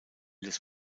des